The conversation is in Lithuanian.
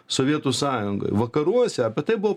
sovietų sąjungoj vakaruose apie tai buvo